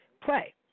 play